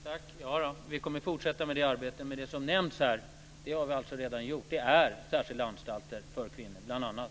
Fru talman! Vi kommer att fortsätta med det arbetet. Men det som nämns här har vi alltså redan gjort. Det finns särskilda anstalter för kvinnor - bl.a.